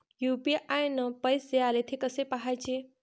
UPI न पैसे आले, थे कसे पाहाचे?